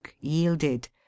yielded